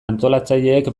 antolatzaileek